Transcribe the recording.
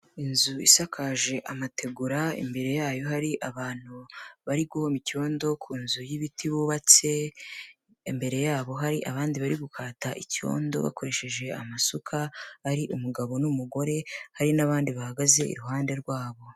Inzu isakaje amategura, imbere yayo hari abantu bari guhoma icyondo, ku nzu y'ibiti bubatse, imbere yabo hari abandi bari gukata icyondo bakoresheje amasuka, ari umugabo n'umugore, hari n'abandi bahagaze iruhande rwabo.